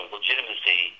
legitimacy